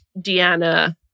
Deanna